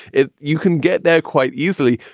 if you can get there quite easily,